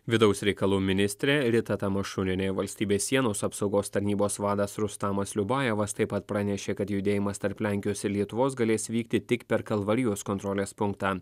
vidaus reikalų ministrė rita tamašunienė valstybės sienos apsaugos tarnybos vadas rustamas liubajevas taip pat pranešė kad judėjimas tarp lenkijos ir lietuvos galės vykti tik per kalvarijos kontrolės punktą